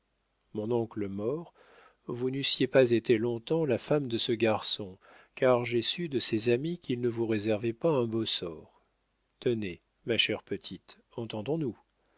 mon oncle mort vous n'eussiez pas été long-temps la femme de ce garçon car j'ai su de ses amis qu'il ne vous réservait pas un beau sort tenez ma chère petite entendons-nous